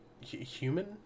human